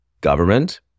government